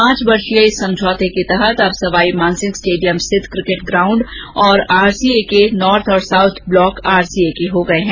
पांच वर्षीय इस समझौते के तहत अब सवाई मानसिंह स्टेडियम स्थित किकेट ग्रउण्ड और आरसीए के नॉर्थ व साउथ ब्लॉक आरसीए के हो गए हैं